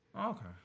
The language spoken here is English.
Okay